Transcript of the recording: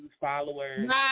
followers